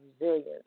resilience